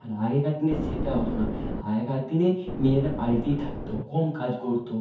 আর আগেকার দিনে সেটা হতো না আগেকার দিনে মেয়েরা বাড়িতেই থাকতো কম কাজ করতো